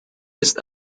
ist